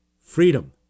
Freedom